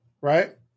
Right